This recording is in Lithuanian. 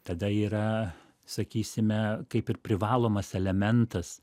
tada yra sakysime kaip ir privalomas elementas